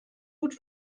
gut